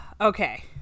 Okay